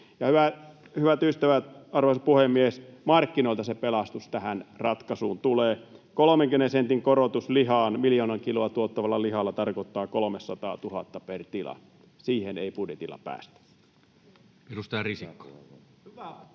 Hyvät ystävät, arvoisa puhemies, markkinoilta se pelastus tähän ratkaisuun tulee. 30 sentin korotus lihaan miljoona kiloa tuottavalla tilalla tarkoittaa 300 000 per tila. Siihen ei budjetilla päästä. [Speech 147]